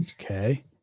Okay